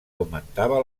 augmentava